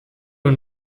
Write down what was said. are